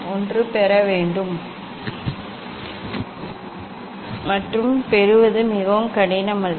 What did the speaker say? ஒன்று பெற வேண்டும் மற்றும் பெறுவது மிகவும் கடினம் அல்ல